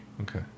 Okay